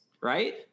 right